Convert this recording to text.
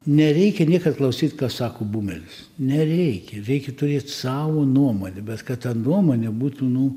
nereikia niekad klausyt ką sako bumelis nereikia reikia turėt savo nuomonę bet kad ta nuomonė būtų nu